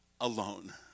alone